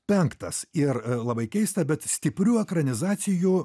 penktas ir labai keista bet stiprių ekranizacijų